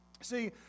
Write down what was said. See